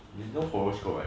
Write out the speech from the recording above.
you know horoscope right